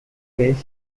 wales